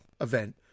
event